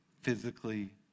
physically